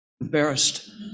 Embarrassed